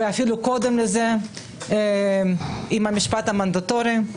ואפילו קודם לזה עם המשפט המנדטורי.